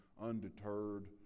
undeterred